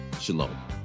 Shalom